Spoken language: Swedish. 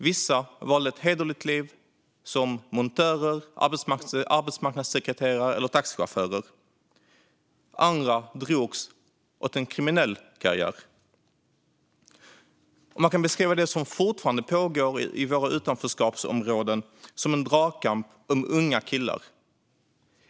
Vissa valde ett hederligt liv som montörer, arbetsmarknadssekreterare eller taxichaufförer. Andra drogs till en kriminell karriär. Man kan beskriva det som fortfarande pågår i våra utanförskapsområden som en dragkamp om unga killar.